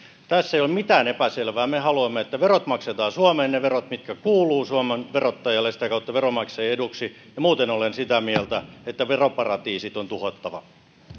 tässä ei ole mitään epäselvää me haluamme että verot maksetaan suomeen ne verot mitkä kuuluvat suomen verottajalle ja sitä kautta veronmaksajien eduksi ja muuten olen sitä mieltä että veroparatiisit on tuhottava